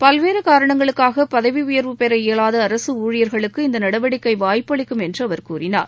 பல்வேறு காரணங்களுக்காக பதவி உயர்வு பெற இயலாத அரசு ஊழியர்களுக்கு இந்த நடவடிக்கை வாய்ப்பளிக்கும் என்று அவர் கூறினார்